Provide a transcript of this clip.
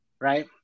right